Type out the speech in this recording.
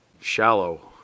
shallow